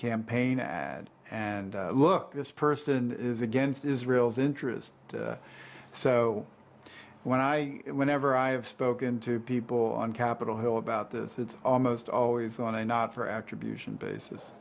campaign ad and look this person is against israel's interest so when i whenever i've spoken to people on capitol hill about this it's almost always on a not for after abuse and basis